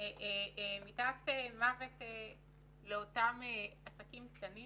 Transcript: מכת מוות לאותם עסקים קטנים